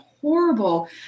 horrible